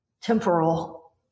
temporal